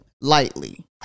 lightly